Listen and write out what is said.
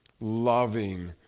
loving